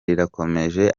rirakomeje